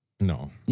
No